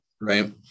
right